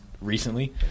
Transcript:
recently